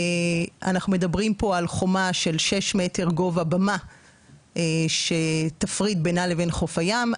אנחנו מדברים פה על חומה של 6 מטר גובה במה שתפריד בינה לבין חוף הים.